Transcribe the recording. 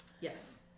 Yes